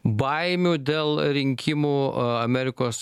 baimių dėl rinkimų amerikos